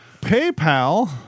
PayPal